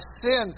sin